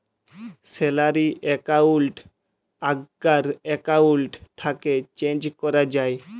salary account আগ্কার account থ্যাকে change ক্যরা যায়